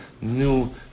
new